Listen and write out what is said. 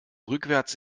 rückwärts